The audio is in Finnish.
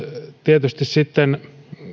tietysti